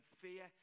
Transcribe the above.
fear